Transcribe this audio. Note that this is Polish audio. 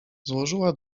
złożyła